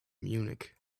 munich